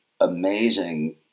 amazing